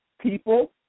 people